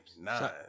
Nine